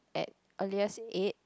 at earliest eight